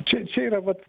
čia čia yra vat